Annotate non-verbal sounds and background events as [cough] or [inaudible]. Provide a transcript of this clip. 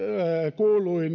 kuului [unintelligible]